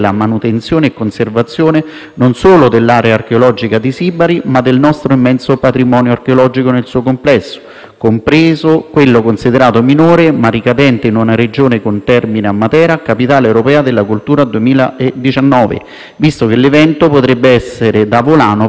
ma del nostro immenso patrimonio archeologico nel suo complesso, compreso quello considerato minore ma ricadente in una Regione con termine a Matera, capitale europea della cultura 2019, visto che l'evento potrebbe essere da volano per lo sviluppo anche dei territori contigui.